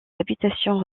habitations